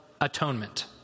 atonement